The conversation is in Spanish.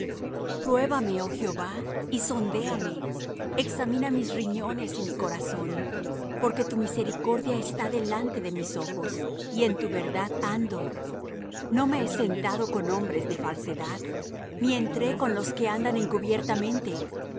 pruébame oh jehová y sondéame examina mis riñones y mi corazón porque tu misericordia está delante de mis ojos y en tu verdad ando no me he sentado con hombres de falsedad ni entré con los que andan encubiertamente